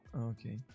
Okay